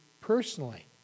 personally